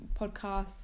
podcasts